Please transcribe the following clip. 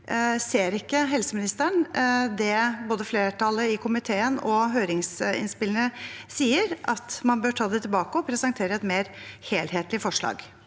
Hvorfor ser ikke helseministeren det som både flertallet i komiteen og høringsinnspillene sier, at man bør ta det tilbake og presentere et mer helhetlig forslag?